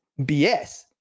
BS